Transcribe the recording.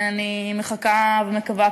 ואני מחכה ומקווה,